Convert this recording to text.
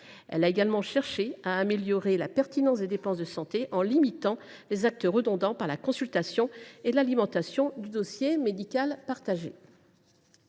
Elle a également cherché à améliorer la pertinence des dépenses de santé, en limitant les actes redondants par la consultation et l’alimentation du dossier médical partagé